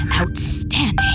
Outstanding